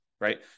right